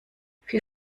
vier